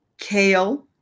Kale